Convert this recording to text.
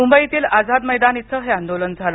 मुंबईतील आझाद मैदान इथं हे आंदोलन झालं